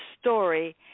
story